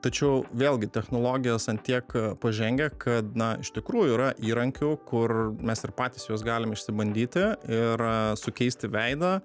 tačiau vėlgi technologijos ant tiek pažengę kad na iš tikrųjų yra įrankių kur mes ir patys juos galim išsibandyti ir sukeisti veidą